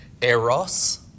eros